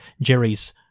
jerry's